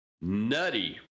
nutty